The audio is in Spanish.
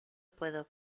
puedo